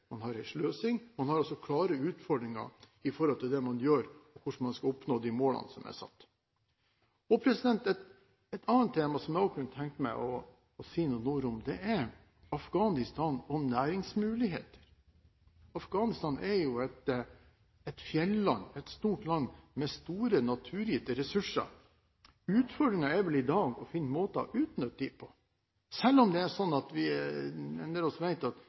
har Verdensbanken påpekt at det er sløsing, og man har klare utfordringer med tanke på det man gjør, og hvordan man skal oppnå de målene som er satt. Et annet tema som jeg også kunne tenke meg å si noen ord om, er Afghanistan og næringsmuligheter. Afghanistan er jo et fjelland, et stort land med store naturgitte ressurser. Utfordringen i dag er å finne måter å utnytte disse på. Selv om en del av oss vet at